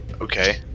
Okay